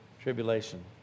tribulation